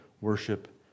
worship